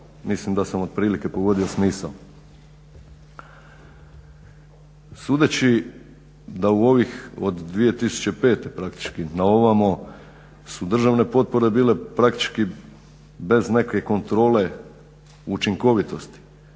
Mislim da sam otprilike pogodio smisao. Sudeći da u ovih od 2005. praktički na ovamo su državne potpore bile praktički bez neke kontrole učinkovitosti.